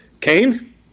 Cain